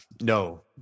No